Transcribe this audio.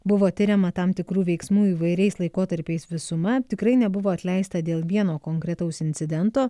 buvo tiriama tam tikrų veiksmų įvairiais laikotarpiais visuma tikrai nebuvo atleista dėl vieno konkretaus incidento